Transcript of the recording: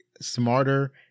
smarter